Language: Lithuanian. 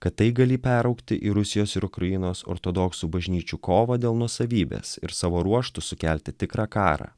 kad tai galį peraugti į rusijos ir ukrainos ortodoksų bažnyčių kovą dėl nuosavybės ir savo ruožtu sukelti tikrą karą